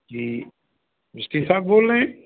जी मिस्त्री साहब बोल रहे हैं